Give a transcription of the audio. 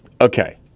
okay